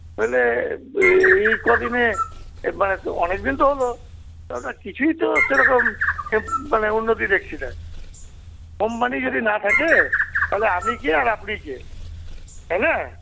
মানে এই কদিনে এবার অনেকদিন তো হল আপনার কিছুই তো সেরকম মানে উন্নতি দেখছি না কোম্পানি যদি না থাকে তাহলে আমি কে আর আপনি কে তাই না